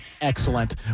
excellent